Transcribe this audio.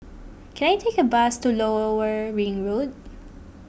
can I take a bus to Lower were Ring Road